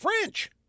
French